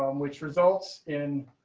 um which results in